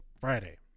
Friday